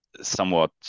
Somewhat